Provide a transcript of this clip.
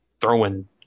throwing